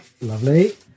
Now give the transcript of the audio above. Lovely